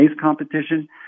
competition